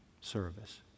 service